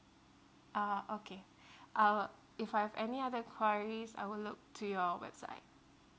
ah okay (pbb) uh if I've any other enquiries I will look to your website